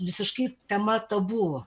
visiškai tema tabu